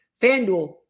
FanDuel